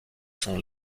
sont